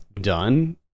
done